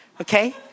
Okay